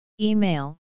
Email